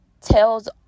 tells